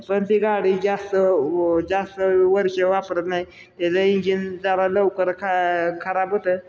पण ती गाडी जास्त जास्त वर्ष वापरत नाही त्याजं इंजिन जरा लवकर खा खराब होतं